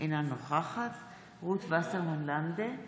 אינה נוכחת רות וסרמן לנדה,